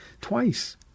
twice